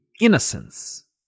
Innocence